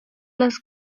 las